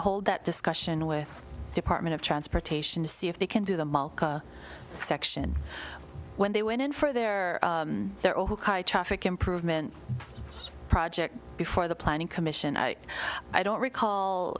hold that discussion with department of transportation to see if they can do the section when they went in for their their own improvement project before the planning commission i don't recall